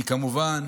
כמובן